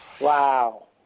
wow